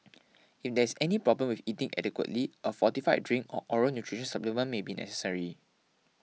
if there is any problem with eating adequately a fortified drink or oral nutrition supplement may be necessary